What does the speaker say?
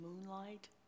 moonlight